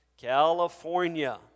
California